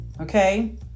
okay